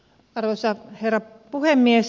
arvoisa herra puhemies